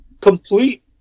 complete